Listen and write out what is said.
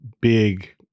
big